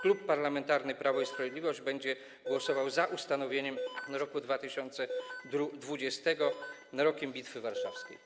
Klub Parlamentarny Prawo i Sprawiedliwość będzie głosował za ustanowieniem roku 2020 Rokiem Bitwy Warszawskiej.